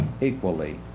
equally